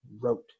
wrote